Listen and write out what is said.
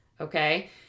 Okay